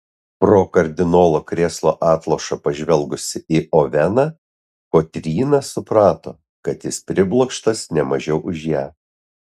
pro kardinolo krėslo atlošą pažvelgusi į oveną kotryna suprato kad jis priblokštas ne mažiau už ją